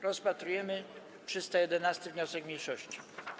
Rozpatrujemy 311. wniosek mniejszości.